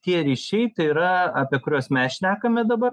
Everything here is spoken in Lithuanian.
tie ryšiai yra apie kuriuos mes šnekame dabar